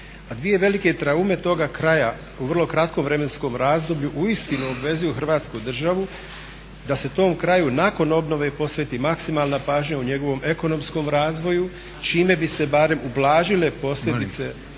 a dvije velike traume toga kraja u vrlo kratkom vremenskom razdoblju uistinu obvezuju Hrvatsku državu da se tom kraju nakon obnove posveti maksimalna pažnja u njegovom ekonomskom razvoju čime bi se barem ublažile posljedice